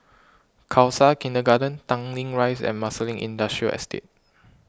Khalsa Kindergarten Tanglin Rise and Marsiling Industrial Estate